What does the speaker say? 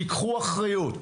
תיקחו אחריות.